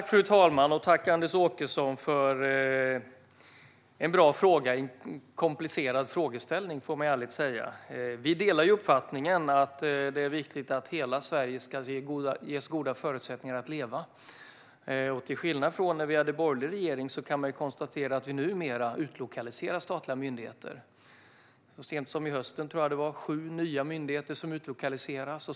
Fru talman! Jag tackar Anders Åkesson för en bra fråga i ett komplicerat ärende. Vi delar uppfattningen att det är viktigt att hela Sverige ges goda förutsättningar att leva. Till skillnad från när Sverige hade borgerlig regering utlokaliserar vi numera statliga myndigheter. Nu i höst har sju nya myndigheter utlokaliserats.